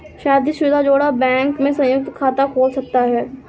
शादीशुदा जोड़ा बैंक में संयुक्त खाता खोल सकता है